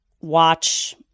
watch